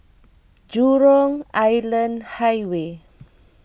Jurong Island Highway